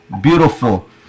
beautiful